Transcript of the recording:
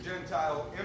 Gentile